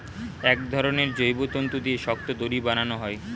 এক ধরনের জৈব তন্তু দিয়ে শক্ত দড়ি বানানো হয়